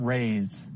Raise